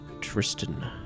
Tristan